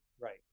Right